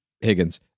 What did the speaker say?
Higgins